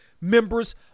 members